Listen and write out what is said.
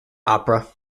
opera